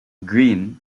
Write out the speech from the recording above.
green